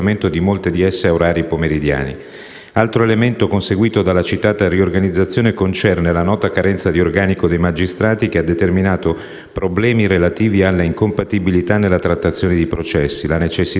Altro elemento conseguito alla citata riorganizzazione concerne la nota carenza di organico dei magistrati, che ha determinato problemi relativi alle incompatibilità nella trattazione dei processi, la necessità di rinnovazione di atti nel dibattimento